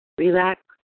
Relax